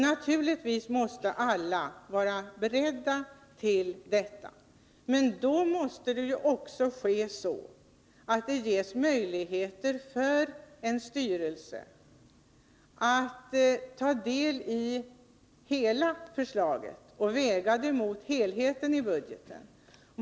Naturligtvis måste alla vara beredda till detta. Men i det sammanhanget måste en styrelse få möjlighet att ta del av hela förslaget och väga det mot helheten i budgeten.